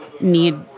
need